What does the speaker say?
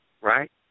right